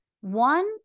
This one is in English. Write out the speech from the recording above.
One